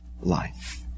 life